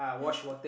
yeah